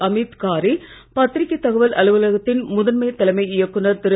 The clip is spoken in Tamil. அமீத் காரே பத்திரிகை தகவல் அலுவலகத்தின் முதன்மை தலைமை இயக்குநர் திரு